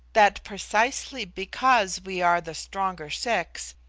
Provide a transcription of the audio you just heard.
that precisely because we are the stronger sex,